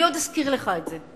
אני עוד אזכיר לך את זה.